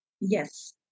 Yes